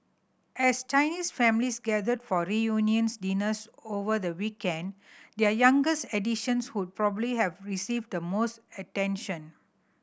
as Chinese families gathered for reunions dinners over the weekend their youngest additions would probably have received the most attention